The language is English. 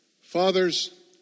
Fathers